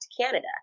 Canada